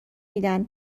میدن